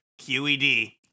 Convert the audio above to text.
QED